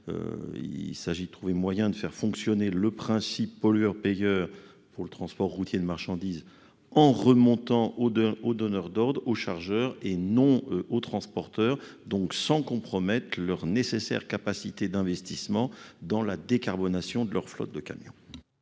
Il s'agit de faire fonctionner le principe pollueur-payeur pour le transport routier de marchandises, en remontant aux donneurs d'ordres, aux chargeurs, et non pas aux transporteurs, afin de ne pas compromettre les nécessaires capacités d'investissement de ces derniers pour la décarbonation de leurs flottes de camions.